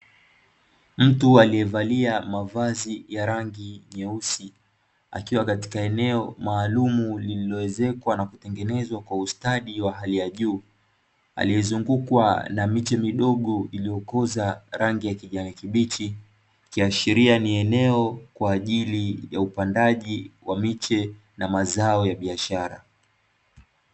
Mtu aliyevalia mavazi ya rangi nyeusi, akiwa katika eneo maalumu lililoezekwa na kutengenezwa kwa ustadi wa hali ya juu, aliyezungukwa na miche midogo iliyokoza rangi ya kijani kibichi, ikiashiria ni eneo kwa ajili ya upandaji wa miche na mazao ya biashara.